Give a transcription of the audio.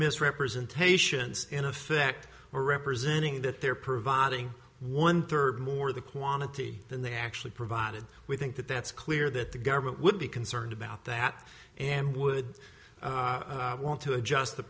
misrepresentations in effect were representing that they're providing one third more the quantity than they actually provided we think that that's clear that the government would be concerned about that and would want to adjust the